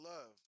Love